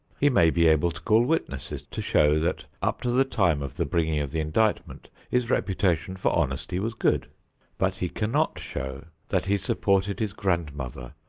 he may be able to call witnesses to show that up to the time of the bringing of the indictment his reputation for honesty was good but he cannot show that he supported his grandmother,